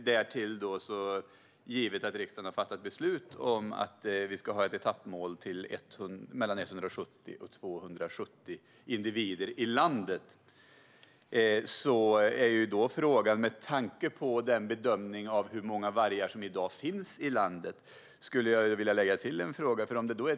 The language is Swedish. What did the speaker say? Därtill har riksdagen fattat beslut om ett etappmål på 170-270 individer i landet. Med tanke på bedömningen av hur många vargar som i dag finns i landet skulle jag vilja lägga till en fråga.